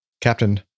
Captain